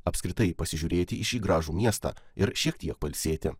apskritai pasižiūrėti į šį gražų miestą ir šiek tiek pailsėti